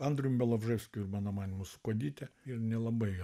andrium bialobževskiu ir mano manymu su kuodyte ir nelabai